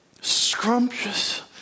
scrumptious